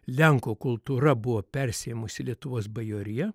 lenkų kultūra buvo persiėmusi lietuvos bajorija